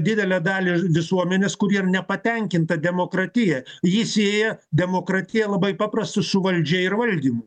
didelę dalį visuomenės kur ir nepatenkinta demokratija ji sieja demokratiją labai paprasta su valdžia ir valdymu